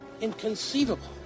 inconceivable